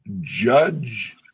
judge